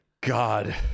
God